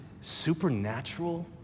supernatural